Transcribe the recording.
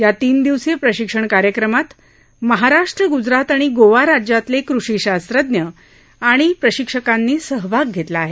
या तीन दिवसीय प्रशिक्षण कार्यक्रमात महाराष्ट्र गुजरात आणि गोवा राज्यातले कृषी शास्त्रज्ञ आणि प्रशिक्षकांनी सहभाग घेतला आहे